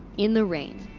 in the rain,